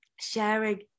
sharing